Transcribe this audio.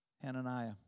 Hananiah